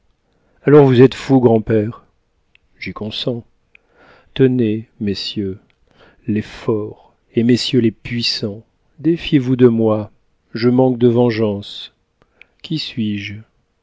alors vous êtes fou grand-père j'y consens tenez messieurs les forts et messieurs les puissants défiez-vous de moi je manque de vengeance qui suis-je